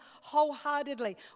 wholeheartedly